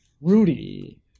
Rudy